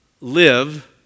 live